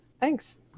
Thanks